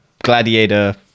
gladiator